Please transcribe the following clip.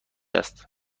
است